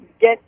get